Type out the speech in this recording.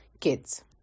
kids